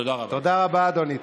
תודה רבה, אדוני.